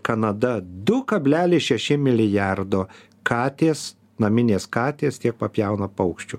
kanada du kablelis šeši milijardo katės naminės katės tiek papjauna paukščių